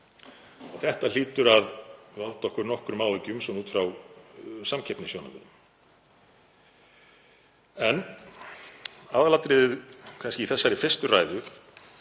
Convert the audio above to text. Það hlýtur að valda okkur nokkrum áhyggjum út frá samkeppnissjónarmiðum. En aðalatriðið í þessari fyrstu ræðu